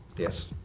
yes.